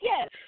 yes